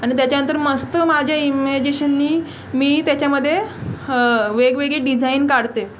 आणि त्याच्यानंतर मस्त माझ्या इमॅजेशननी मी त्याच्यामधे वेगवेगळी डिझाईन काढते